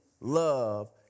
love